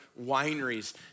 wineries